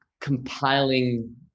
compiling